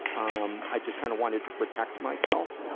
um, i just kind of wanted to protect myself.